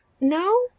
No